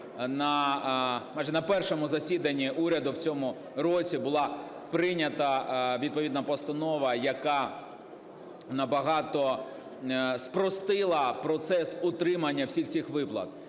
на першому засіданні уряду в цьому році, була прийнята відповідна постанова, яка набагато спростила процес отримання всіх цих виплат,